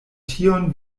tion